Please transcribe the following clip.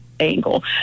Angle